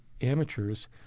amateurs